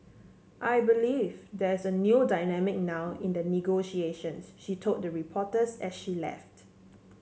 I believe there's a new dynamic now in the negotiations she told the reporters as she left